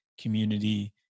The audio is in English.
community